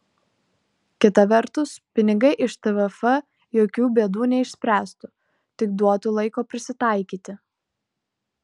kita vertus pinigai iš tvf jokių bėdų neišspręstų tik duotų laiko prisitaikyti